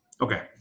okay